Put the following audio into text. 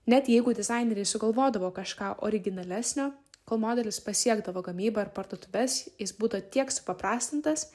net jeigu dizaineriai sugalvodavo kažką originalesnio kol modelis pasiekdavo gamybą ir parduotuves jis būdavo tiek supaprastintas